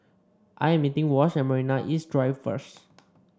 I am meeting Wash at Marina East Drive first